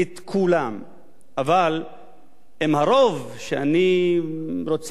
אבל אם הרוב שאני רוצה להאמין שהוא בעד שלום,